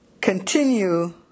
continue